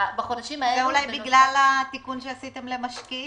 אולי זה בגלל התיקון שעשיתם למשקיעים.